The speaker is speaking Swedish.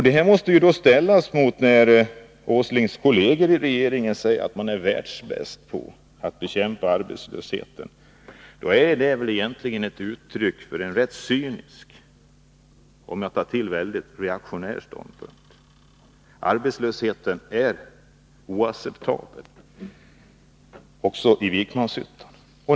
Detta måste ställas emot att Nils Åslings kolleger i riksdagen säger att man är världsbäst på att bekämpa arbetslösheten, något som måste anses vara ett uttryck för en cynisk och reaktionär ståndpunkt. Arbetslösheten är oacceptabel också i Vikmanshyttan.